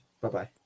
Bye-bye